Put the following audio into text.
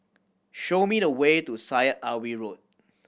show me the way to Syed Alwi Road